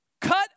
Cut